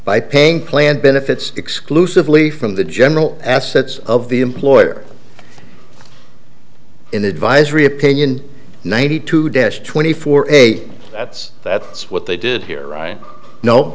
by paying plan benefits exclusively from the general assets of the employer in advisory opinion ninety two deaths twenty four eight that's that's what they did here right no